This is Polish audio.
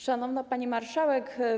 Szanowna Pani Marszałek!